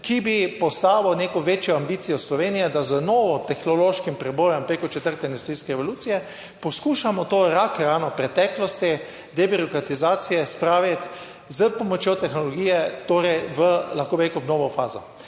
ki bi postavil neko večjo ambicijo Slovenije, da z novo tehnološkim prebojem preko četrte industrijske revolucije, poskušamo to rak rano v preteklosti debirokratizacije spraviti s pomočjo tehnologije, torej v, lahko bi rekel, v novo fazo.